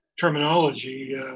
terminology